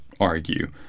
argue